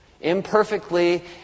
imperfectly